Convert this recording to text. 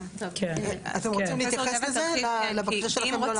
אתם רוצים להתייחס לזה, לבקשה שלכם לא להחיל?